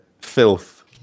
filth